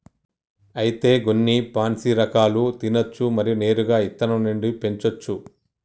అయితే గొన్ని పాన్సీ రకాలు తినచ్చు మరియు నేరుగా ఇత్తనం నుండి పెంచోచ్చు